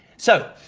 so.